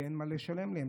כי אין מה לשלם להם,